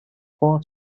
part